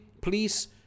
Please